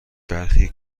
برخی